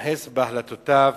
התייחס בהחלטותיו,